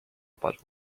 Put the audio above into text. about